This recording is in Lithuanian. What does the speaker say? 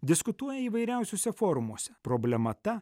diskutuoja įvairiausiuose forumuose problema ta